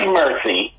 mercy